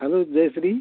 hello Jayashree